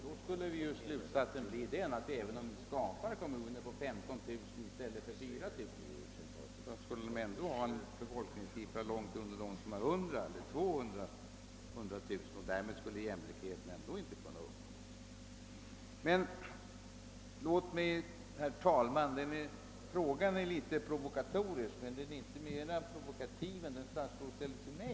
Då skulle ju slutsatsen bli den att det, även om vi skapade kommuner med 15 000 i stället för 4 000 invånare, ändå där skulle finnas ett befolkningstal långt under det i kommuner med 100 000 eller 200 000 invånare, varför jämlikhet ändå inte skulle kunna uppnås. Låt mig, herr talman, ställa en fråga till herr statsrådet. Den är något provokatorisk men inte i större utsträckning än den fråga som herr statsrådet ställde till mig.